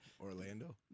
Orlando